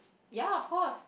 ya of course